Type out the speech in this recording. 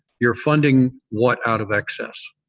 you're funding what out of excess?